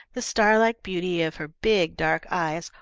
the star-like beauty of her big dark eyes,